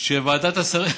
שוועדת השרים,